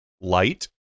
light